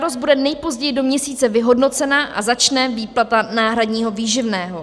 Žádost bude nejpozději do měsíce vyhodnocena a začne výplata náhradního výživného.